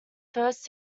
first